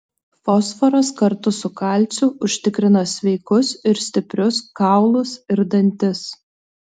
fosforas kartu su kalciu užtikrina sveikus ir stiprius kaulus ir dantis